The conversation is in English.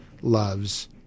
loves